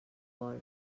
vol